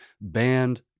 banned